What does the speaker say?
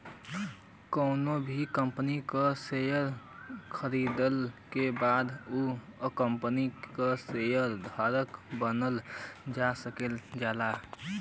कउनो भी कंपनी क शेयर खरीदले के बाद उ कम्पनी क शेयर धारक बनल जा सकल जाला